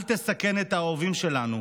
אל תסכן את האהובים שלנו,